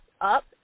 up